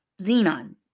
Xenon